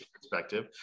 perspective